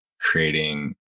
creating